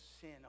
sin